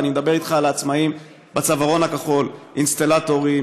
ואני מדבר איתך על עצמאים בצווארון הכחול: אינסטלטורים,